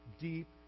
deep